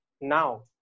now